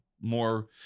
more